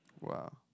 Wow